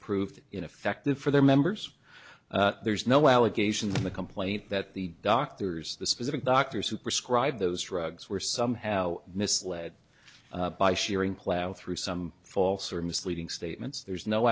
proved ineffective for their members there's no allegation in the complaint that the doctors the specific doctors who prescribed those drugs were somehow misled by shearing plough through some false or misleading statements there's no